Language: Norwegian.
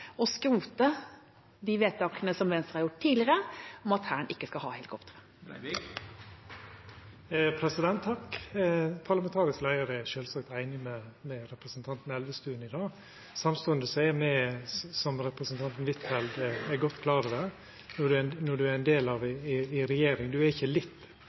skrote de vedtakene som Venstre har gjort tidligere om at Hæren ikke skal ha helikoptre? Parlamentarisk leiar er sjølvsagt einig med representanten Elvestuen i det. Som representanten Huitfeldt er godt klar over – når ein er ein del av ei regjering, er ein ikkje litt ein del av ei regjering. Me er